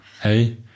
Hey